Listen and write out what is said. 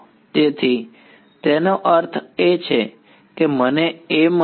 તેથી તેનો અર્થ એ છે કે મને A મળે છે